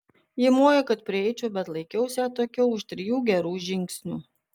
ji mojo kad prieičiau bet laikiausi atokiau už trijų gerų žingsnių